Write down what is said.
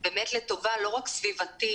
באמת לטובה לא רק סביבתי,